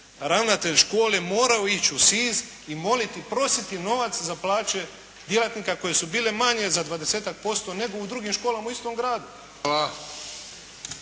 ravnatelj škole morao ići u Sinj i moliti, prositi novac za plaće djelatnika koje su bile manje za dvadesetak posto nego u drugim školama u istom gradu.